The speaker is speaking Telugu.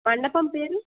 మండపం పేరు